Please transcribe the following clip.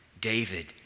David